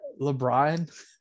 LeBron